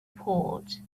port